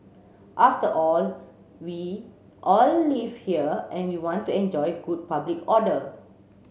after all we all live here and we want to enjoy good public order